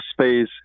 space